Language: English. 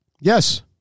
Yes